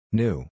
new